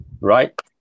right